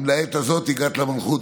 אם לעת הזאת הגעת למלכות,